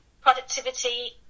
productivity